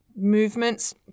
movements